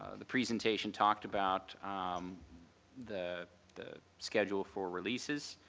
ah the presentation talked about um the the schedule for releases.